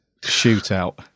shootout